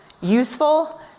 useful